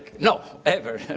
not ever.